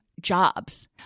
jobs